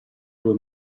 due